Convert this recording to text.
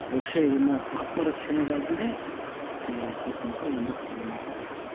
ಬಹುಶಃ ಇದನ್ನು ಆತ್ಮರಕ್ಷಣೆಗಾಗಿಯೇ ಇರತಕ್ಕಂತ ಒಂದು ಫಾರ್ಮ್ ಅಂತ ಹೇಳ್ಬೋದು